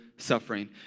suffering